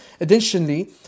Additionally